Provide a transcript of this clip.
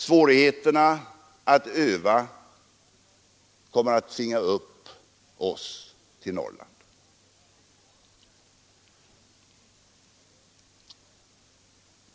Svårigheterna att öva kommer att tvinga upp fler till Norrland.